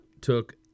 took